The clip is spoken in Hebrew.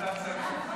אתה תסכם.